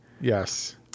Yes